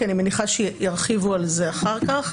כי אני מניחה שירחיבו על זה אחר כך,